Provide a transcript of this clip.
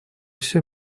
все